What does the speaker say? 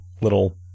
little